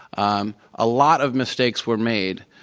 um a lot of mistakes were made.